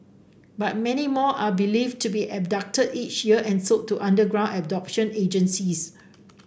but many more are believed to be abducted each year and sold to underground adoption agencies